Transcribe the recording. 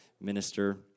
minister